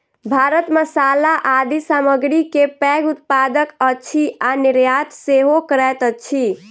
भारत मसाला आदि सामग्री के पैघ उत्पादक अछि आ निर्यात सेहो करैत अछि